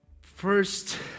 First